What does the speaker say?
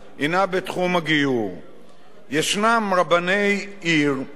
ישנם רבני עיר שמסרבים, בנסיבות שונות,